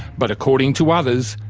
but according to others,